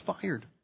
fired